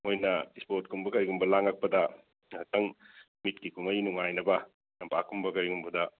ꯃꯈꯣꯏꯅ ꯏꯁꯄꯣꯔꯠ ꯀꯨꯝꯕ ꯀꯔꯤꯒꯨꯝꯕ ꯂꯥꯡꯂꯛꯄꯗ ꯉꯥꯏꯍꯥꯛꯇꯪ ꯃꯤꯠꯀꯤ ꯀꯨꯝꯍꯩ ꯅꯨꯡꯉꯥꯏꯅꯕ ꯂꯝꯄꯥꯛ ꯀꯨꯝꯕ ꯀꯔꯤꯒꯨꯝꯕꯗ